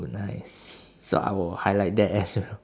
oh nice so I will highlight that as a